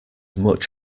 much